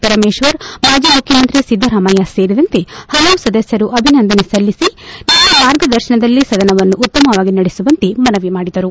ಪರಮೇಶ್ವರ್ ಮಾಜಿ ಮುಖ್ಯಮಂತ್ರಿ ಸಿದ್ದರಾಮಯ್ಯ ಸೇರಿದಂತೆ ಹಲವು ಸದಸ್ಕರು ಅಭಿನಂದನೆ ಸಲ್ಲಿಸಿ ನಿಮ್ಮ ಮಾರ್ಗದರ್ಶನದಲ್ಲಿ ಸದನವನ್ನು ಉತ್ತಮವಾಗಿ ನಡೆಸುವಂತೆ ಮನವಿ ಮಾಡಿದರು